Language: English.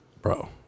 Bro